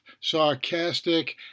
sarcastic